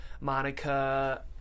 Monica